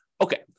Okay